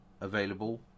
available